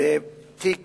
בתיק